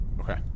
Okay